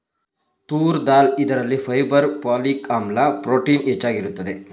ತೂರ್ ದಾಲ್ ಇದರಲ್ಲಿ fibre, folic ಆಮ್ಲ, ಪ್ರೋಟೀನ್ ಹೆಚ್ಚಾಗಿರುತ್ತದೆ